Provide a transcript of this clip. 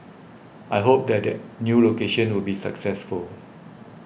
I hope that the new location will be successful